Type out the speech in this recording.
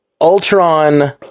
Ultron